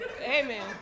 Amen